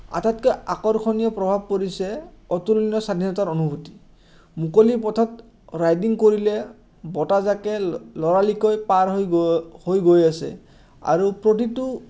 আটাইাতকৈ আকৰ্ষণীয় প্ৰভাৱ পৰিছে অতুল্য স্বাধীনতাৰ অনুভূতি মুকলি পথত ৰাইডিং কৰিলে বতাহজাকে ল'ৰালিকৈ পাৰ হৈ গৈ হৈ গৈ আছে আৰু প্ৰতিটো